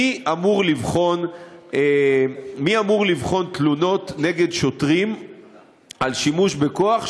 מי אמור לבחון תלונות נגד שוטרים על שימוש בכוח,